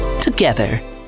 together